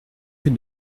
rue